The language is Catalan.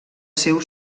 seu